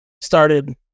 started